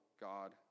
God